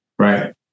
Right